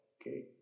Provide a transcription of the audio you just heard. Okay